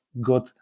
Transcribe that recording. good